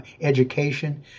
education